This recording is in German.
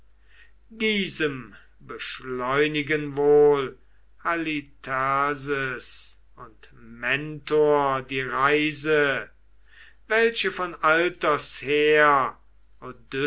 diesem beschleunigen wohl halitherses und mentor die reise welche von alters her